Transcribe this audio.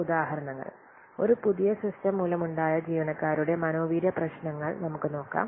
ചില ഉദാഹരണങ്ങൾ ഒരു പുതിയ സിസ്റ്റം മൂലമുണ്ടായ ജീവനക്കാരുടെ മനോവീര്യ പ്രശ്നങ്ങൾ നമുക്ക് നോക്കാം